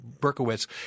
Berkowitz